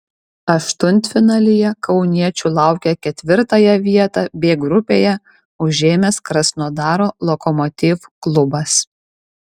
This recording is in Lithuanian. aštuntfinalyje kauniečių laukia ketvirtąją vietą b grupėje užėmęs krasnodaro lokomotiv klubas